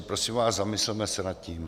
Prosím vás, zamysleme se nad tím.